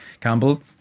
Campbell